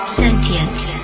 sentience